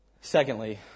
Secondly